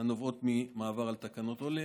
הנובעות ממעבר על תקנות אלה.